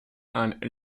and